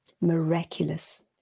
miraculous